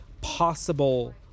possible